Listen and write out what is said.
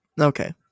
Okay